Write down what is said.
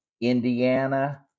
Indiana